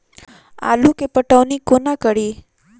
आलु केँ पटौनी कोना कड़ी?